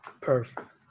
perfect